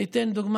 אני אתן דוגמה.